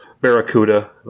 Barracuda